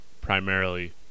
primarily